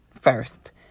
first